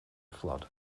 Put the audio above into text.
flood